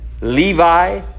Levi